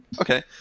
Okay